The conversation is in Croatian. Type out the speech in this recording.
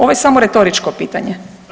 Ovo je samo retoričko pitanje.